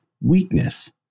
weakness